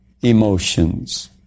emotions